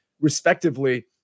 respectively